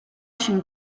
się